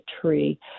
tree